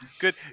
Good